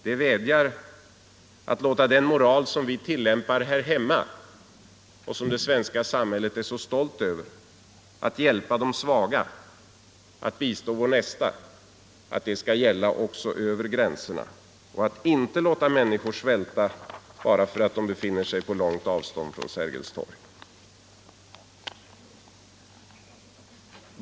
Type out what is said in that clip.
Det vädjar till oss att låta den moral som vi tillämpar 47 här hemma och som det svenska samhället är så stolt över — att hjälpa de svaga, att bistå vår nästa — gälla också över gränserna, att inte låta människor svälta bara därför att de befinner sig på långt avstånd från Sergels torg.